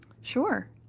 Sure